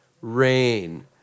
rain